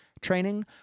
training